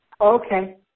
Okay